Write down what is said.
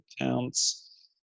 accounts